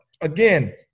again